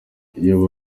iyo